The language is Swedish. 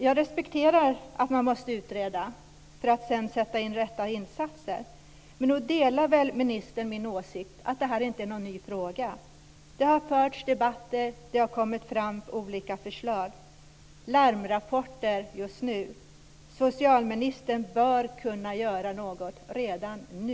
Jag respekterar att man måste utreda för att sedan sätta in de rätta åtgärderna. Men nog delar väl ministern min åsikt att detta inte är någon ny fråga? Det har förts debatter. Det har kommit fram olika förslag, och just nu kommer det larmrapporter. Socialministern bör kunna göra något redan nu.